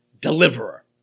Deliverer